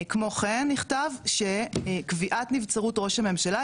כמו כן נכתב שקביעת נבצרות ראש הממשלה,